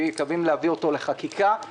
מקווים להביא אותו לחקיקה.